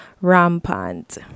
rampant